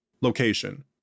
Location